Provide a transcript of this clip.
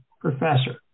Professor